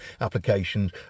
applications